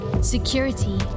security